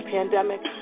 Pandemic